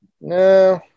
No